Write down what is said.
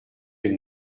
elle